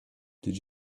did